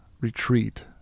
retreat